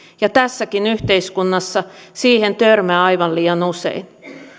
ja tässäkin yhteiskunnassa siihen törmää aivan liian usein